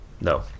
no